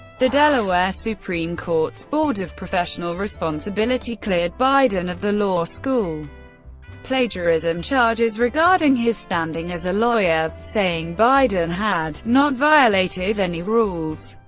the delaware supreme court's board of professional responsibility cleared biden of the law school plagiarism charges regarding his standing as a lawyer, saying biden had not violated any rules.